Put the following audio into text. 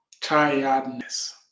tiredness